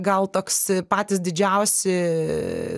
gal toks patys didžiausi